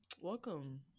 Welcome